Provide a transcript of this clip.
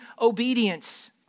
obedience